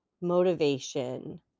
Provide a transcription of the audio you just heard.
motivation